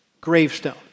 gravestone